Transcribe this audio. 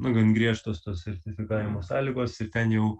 nu gan griežtos sertifikavimo sąlygos ir ten jau